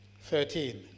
Thirteen